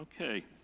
Okay